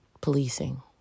policing